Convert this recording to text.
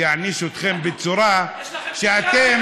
יעניש אתכם בצורה שאתם,